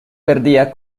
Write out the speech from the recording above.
perdía